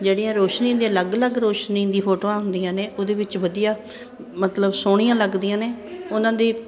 ਜਿਹੜੀਆਂ ਰੌਸ਼ਨੀ ਦੀਆਂ ਅਲੱਗ ਅਲੱਗ ਰੌਸ਼ਨੀ ਦੀ ਫੋਟੋਆਂ ਹੁੰਦੀਆਂ ਨੇ ਉਹਦੇ ਵਿੱਚ ਵਧੀਆ ਮਤਲਬ ਸੋਹਣੀਆਂ ਲੱਗਦੀਆਂ ਨੇ ਉਹਨਾਂ ਦੇ